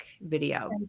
video